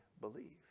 believe